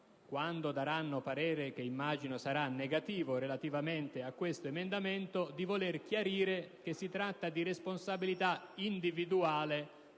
quando esprimeranno il parere, che immagino sarà contrario relativamente a quest'emendamento, di voler chiarire che si tratta di responsabilità individuale